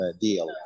deal